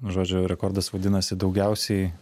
žodžiu rekordas vadinasi daugiausiai